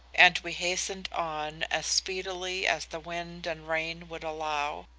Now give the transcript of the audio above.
and we hastened on as speedily as the wind and rain would allow.